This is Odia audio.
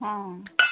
ହଁ